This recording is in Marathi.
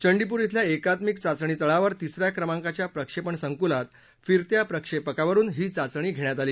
चंडीपूर शिल्या एकात्मिक चाचणी तळावर तिसऱ्या क्रमांकाच्या प्रक्षेपण संकुलात फिरत्या प्रक्षेपकावरून ही चाचणी घेण्यात आली